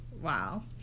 wow